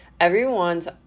everyone's